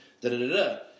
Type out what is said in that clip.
da-da-da-da